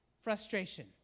frustration